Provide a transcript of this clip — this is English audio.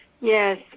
Yes